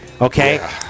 Okay